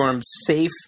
safe